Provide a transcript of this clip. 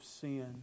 sin